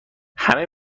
همه